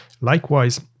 Likewise